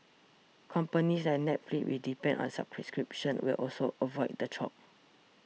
companies like Netflix which depend on subscriptions will also avoid the chop